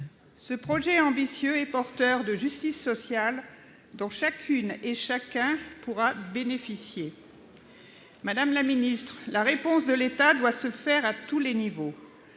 Ce projet ambitieux est porteur de justice sociale dont chacune et chacun pourra bénéficier. Madame la secrétaire d'État, la réponse de l'État doit se faire à tous les niveaux.